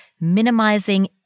minimizing